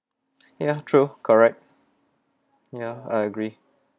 ya true correct ya I agree